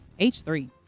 h3